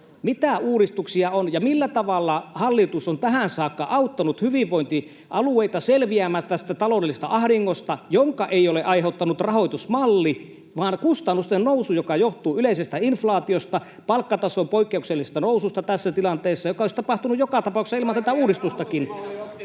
mitä uudistuksia on ja millä tavalla hallitus on tähän saakka auttanut hyvinvointialueita selviämään tästä taloudellisesta ahdingosta, jota ei ole aiheuttanut rahoitusmalli vaan kustannusten nousu, joka johtuu yleisestä inflaatiosta, palkkatason poikkeuksellisesta noususta tässä tilanteessa, joka olisi tapahtunut joka tapauksessa ilman tätä uudistustakin?